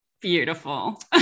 beautiful